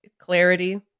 clarity